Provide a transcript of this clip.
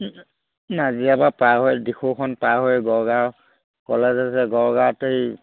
নাজিৰা পৰা পাৰ হৈ দিখৌখন পাৰ হৈ গড়গাঁৱৰ কলেজ আছে গড়গাঁৱতেই